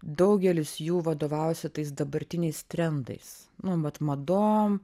daugelis jų vadovaujasi tais dabartiniais trendais nu vat madom